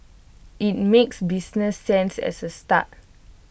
IT makes business sense as A start